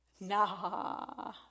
Nah